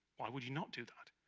why would you not do that?